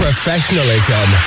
Professionalism